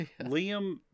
liam